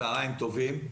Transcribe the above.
צהריים טובים.